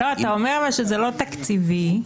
אתה אומר שזה לא תקציבי,